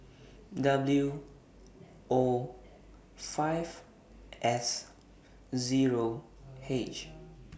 W O five S Zero H